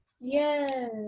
yes